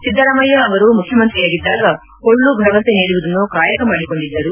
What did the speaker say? ಸಿದ್ದರಾಮಯ್ಯ ಅವರು ಮುಖ್ಯಮಂತ್ರಿಯಾಗಿದ್ದಾಗ ಪೊಳ್ಳು ಭರವಸೆ ನೀಡುವುದನ್ನು ಕಾಯಕ ಮಾಡಿಕೊಂಡಿದ್ದರು